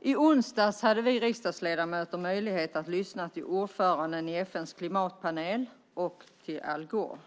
I onsdags hade vi riksdagsledamöter möjlighet att lyssna till ordföranden i FN:s klimatpanel och till Al Gore.